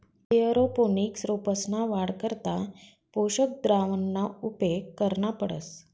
aeroponics रोपंसना वाढ करता पोषक द्रावणना उपेग करना पडस